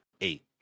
Eight